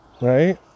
Right